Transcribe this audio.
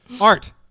Art